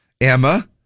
Emma